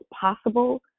possible